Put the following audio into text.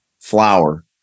flour